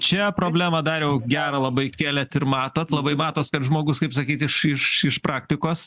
čia problemą dariau gerą labai kelėt ir matot labai matos kad žmogus kaip sakyt iš iš iš praktikos